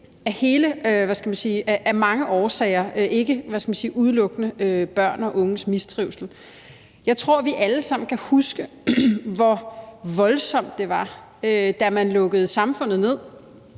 af mange årsager, ikke udelukkende børn og unges mistrivsel. Jeg tror, at vi alle sammen kan huske, hvor voldsomt det var, da man lukkede samfundet ned,